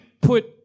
put